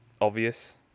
obvious